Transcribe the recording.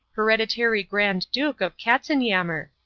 hereditary grand duke of katzenyammer.